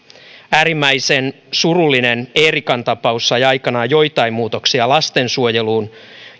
äärimmäisen surullinen eerikan tapaus sai aikanaan aikaan joitain muutoksia lastensuojeluun